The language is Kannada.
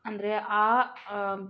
ಅಂದರೆ ಆ